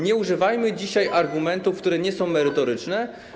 Nie używajmy dzisiaj argumentów, które nie są merytoryczne.